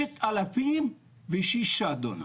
6,006 דונם.